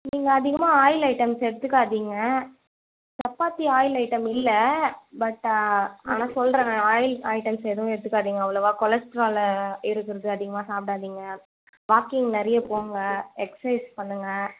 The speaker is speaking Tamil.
நீங்கள் அதிகமாக ஆயில் ஐட்டம்ஸ் எடுத்துக்காதீங்க சப்பாத்தி ஆயில் ஐட்டம் இல்லை பட்டு ஆனால் சொல்கிறேன் நானு ஆயில் ஐட்டம்ஸ் எதுவும் எடுத்துக்காதீங்க அவ்வளவாக கொலஸ்ட்ரால் இருக்கிறது அதிகமாக சாப்பிடாதீங்க வாக்கிங் நிறையா போங்க எக்சைஸ் பண்ணுங்க